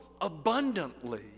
abundantly